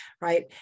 right